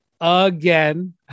again